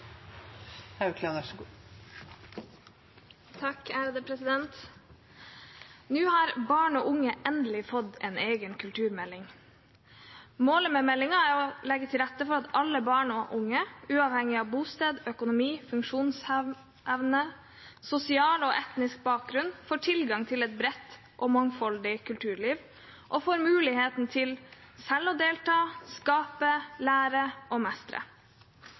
å legge til rette for at alle barn og unge – uavhengig av bosted, økonomi, funksjonsevne og sosial og etnisk bakgrunn – får tilgang til et bredt og mangfoldig kulturliv og muligheten til selv å delta, skape, lære og mestre.